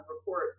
report